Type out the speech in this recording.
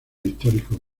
históricos